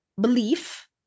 belief